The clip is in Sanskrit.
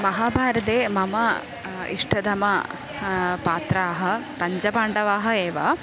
महाभारते मम इष्टतम पात्राः पञ्चपाण्डवाः एव